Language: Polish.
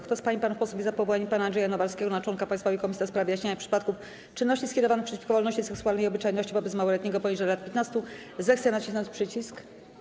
Kto z pań i panów posłów jest za powołaniem pana Andrzeja Nowarskiego na członka Państwowej Komisji do spraw wyjaśniania przypadków czynności skierowanych przeciwko wolności seksualnej i obyczajności wobec małoletniego poniżej lat 15, zechce nacisnąć przycisk.